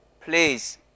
please